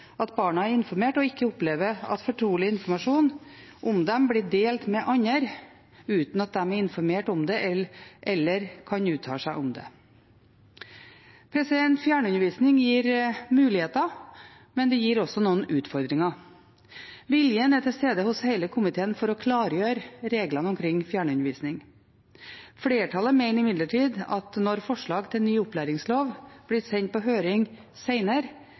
at barna er informert og ikke opplever at fortrolig informasjon om dem blir delt med andre uten at de er informert om det eller kan uttale seg om det. Fjernundervisning gir muligheter, men det gir også noen utfordringer. Viljen er til stede hos hele komiteen til å klargjøre reglene omkring fjernundervisning. Flertallet mener imidlertid at når forslag til ny opplæringslov blir sendt på høring